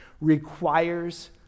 requires